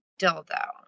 dildo